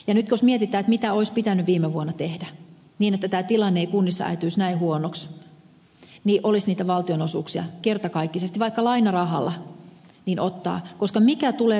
nyt jos mietitään mitä olisi pitänyt viime vuonna tehdä niin että tämä tilanne ei kunnissa äityisi näin huonoksi niin olisi niitä valtionosuuksia kertakaikkisesti pitänyt lisätä vaikka lainarahalla koska mikä tulee kalliimmaksi